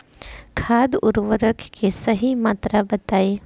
खाद उर्वरक के सही मात्रा बताई?